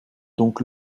donc